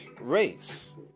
race